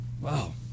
wow